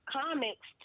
comics